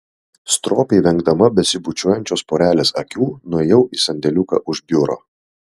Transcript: stropiai vengdama besibučiuojančios porelės akių nuėjau į sandėliuką už biuro